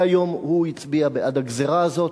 והיום הוא הצביע בעד הגזירה הזאת,